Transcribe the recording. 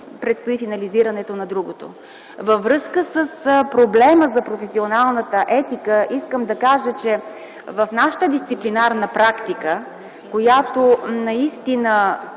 предстои финализирането на другото. Във връзка с проблема за професионалната етика ще кажа, че в нашата дисциплинарна практика, която показва